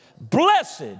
Blessed